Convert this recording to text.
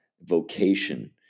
vocation